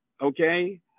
okay